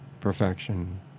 perfection